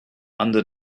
under